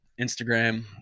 Instagram